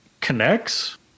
connects